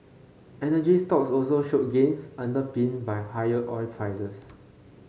energy stocks also showed gains underpinned by higher oil prices